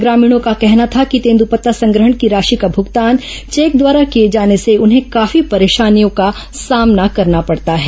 ग्रामीणों का कहना था कि तेंदूपत्ता संग्रहण की राशि का भुगतान चेक द्वारा किए जाने से उन्हें काफी परेशानियों का सामना करना पडता है